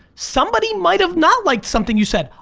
somebody might have not liked something you said.